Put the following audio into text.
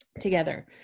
together